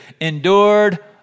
Endured